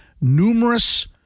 numerous